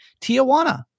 Tijuana